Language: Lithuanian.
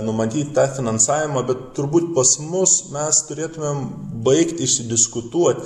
numatyt tą finansavimą bet turbūt pas mus mes turėtumėm baigt išsidiskutuot